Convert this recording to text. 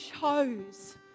chose